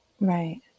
Right